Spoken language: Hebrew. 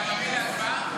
אתה מביא להצבעה?